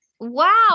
wow